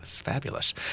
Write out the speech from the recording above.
Fabulous